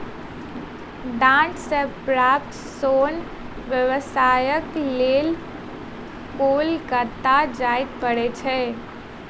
डांट सॅ प्राप्त सोन व्यवसायक लेल कोलकाता जाय पड़ैत छै